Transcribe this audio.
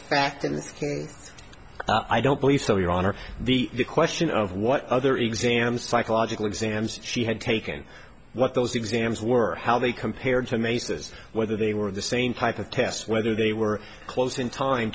fact and i don't believe so your honor the question of what other exam psychological exams she had taken what those exams were how they compared to mesa's whether they were the same type of tests whether they were close in time